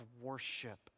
worship